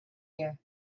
year